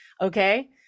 okay